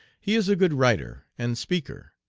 he is a good writer and speaker,